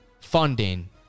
funding